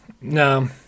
No